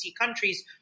countries